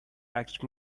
asked